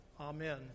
Amen